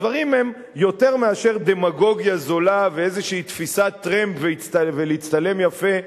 הדברים הם יותר מאשר דמגוגיה זולה ואיזה תפיסת טרמפ ולהצטלם יפה באוהל,